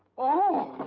oh!